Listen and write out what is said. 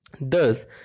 Thus